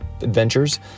adventures